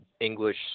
English